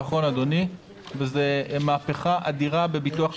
נכון אדוני, זו מהפכה אדירה בביטוח לאומי.